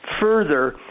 Further